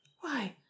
Why